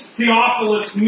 Theophilus